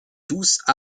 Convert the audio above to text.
douce